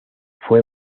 fue